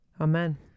amen